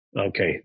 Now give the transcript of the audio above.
Okay